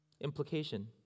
implication